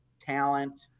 talent